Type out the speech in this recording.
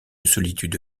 solitude